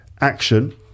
action